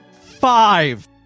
Five